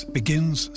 begins